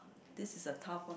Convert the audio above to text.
this is the tough one